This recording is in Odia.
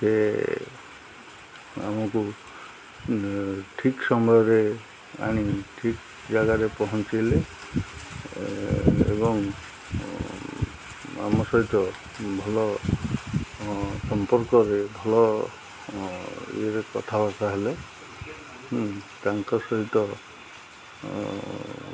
ସେ ଆମକୁ ଠିକ ସମୟରେ ଆଣି ଠିକ୍ ଜାଗାରେ ପହଞ୍ଚେଇଲେ ଏବଂ ଆମ ସହିତ ଭଲ ସମ୍ପର୍କରେ ଭଲ ଇଏରେ କଥାବାର୍ତ୍ତା ହେଲେ ତାଙ୍କ ସହିତ